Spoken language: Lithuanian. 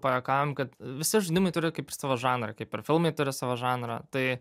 pajuokaujam kad visi žaidimai turi kaip savo žanrą kaip ir filmai turi savo žanrą tai